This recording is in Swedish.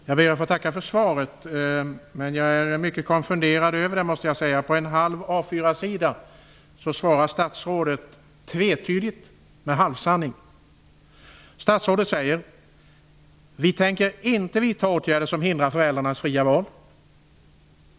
Herr talman! Jag ber att få tacka för svaret, men jag måste säga att jag är mycket konfunderad över det. På en halv A-4-sida svarar statsrådet tvetydigt med halvsanning. Statsrådet säger att regeringen inte tänker vidta åtgärder som hindrar föräldrarnas fria val.